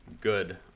good